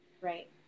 Right